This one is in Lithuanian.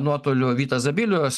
nuotoliu vytas zabilius